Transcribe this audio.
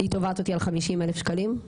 היא תובעת על 50 אלף שקלים.